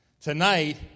Tonight